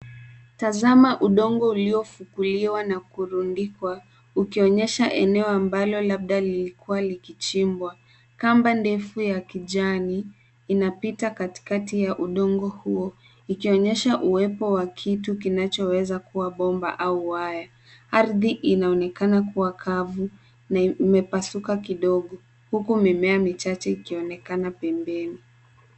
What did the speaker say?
Tazama udongo uliofukuliwa na kurundikwa, ukionyesha eneo ambalo labda lilikuwa likichimbwa. Kamba ndefu ya kijani, inapita katikati ya udongo huo, ikionyesha uwepo wa kitu kinachoweza kuwa bomba au waya. Ardhi inaonekana kuwa kavu na imepasuka kidogo huku mimea michache ikionekana pembeni.